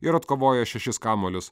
ir atkovojo šešis kamuolius